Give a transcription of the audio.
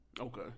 Okay